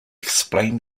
explain